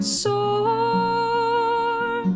sore